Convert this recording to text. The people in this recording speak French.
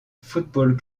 football